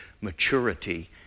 maturity